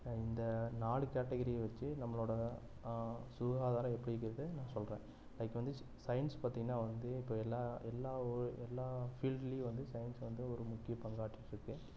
இந்த நாலு கேட்டகிரியை வச்சி நம்மளோட சுகாதாரம் எப்படிங்கிறத நான் சொல்லுறேன் அதுக்கு வந்து ஸ் சைன்ஸ் பார்த்திங்கனா வந்து இப்போ எல்லா எல்லா ஓ எல்லா ஃபீல்ட்லையும் வந்து சைன்ஸ் வந்து ஒரு முக்கிய பங்காற்றிட்டுருக்கு